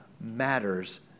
matters